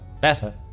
Better